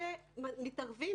כשמתערבים